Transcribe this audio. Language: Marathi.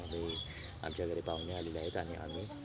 आमच्या घरी पाहुणे आलेले आहेत आणि आम्ही